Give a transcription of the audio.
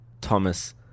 Thomas